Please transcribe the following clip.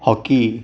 hockey